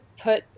put